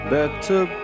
Better